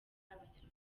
abanyarwanda